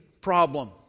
problem